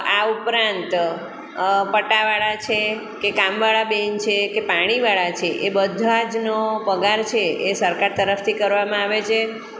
આ ઉપરાંત પટાવાળા છે કે કામવાળા બેન છે કે પાણીવાળા છે એ બધાજનો પગાર છે એ સરકાર તરફથી કરવામાં આવે છે